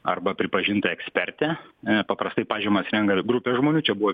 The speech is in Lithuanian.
arba pripažinta ekspertė paprastai pažymas renka grupė žmonių čia buvo